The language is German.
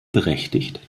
berechtigt